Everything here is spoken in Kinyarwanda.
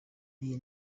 iyi